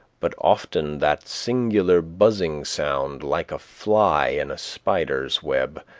but often that singular buzzing sound like a fly in a spider's web,